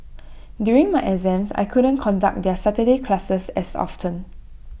during my exams I couldn't conduct their Saturday classes as often